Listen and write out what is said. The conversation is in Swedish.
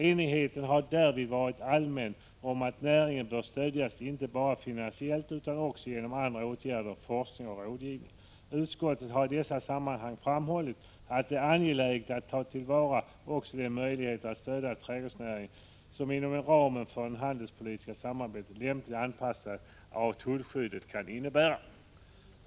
Enigheten har därvid varit allmän om att näringen bör stödjas inte bara finansiellt utan också genom andra åtgärder, bl.a. forskning och rådgivning. Utskottet har i dessa sammanhang framhållit att det är angeläget att ta till vara också de möjligheter att stödja trädgårdsnäringen som en inom ramen för det handelspolitiska samarbetet lämplig anpassning av tullskyddet kan innebära.